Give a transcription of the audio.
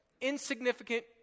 insignificant